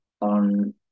on